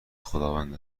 خداوند